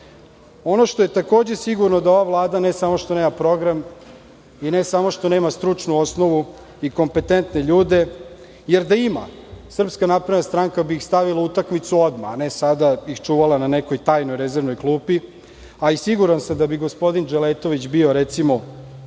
što je takođe sigurno, da ova Vlada nema program, i ne samo što nema stručnu osnovu i kompetentne ljude, jer da ima SNS bi ih stavila u utakmicu odmah, a ne sada ih čuvala na nekoj tajnoj rezervnoj klupi. Siguran sam da bi gospodin Dželetović bio, recimo